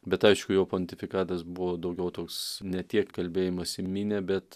bet aišku jo pontifikatas buvo daugiau toks ne tiek kalbėjimas į minią bet